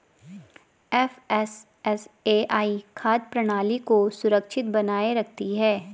FSSAI खाद्य प्रणाली को सुरक्षित बनाए रखती है